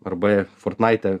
arba fortnaite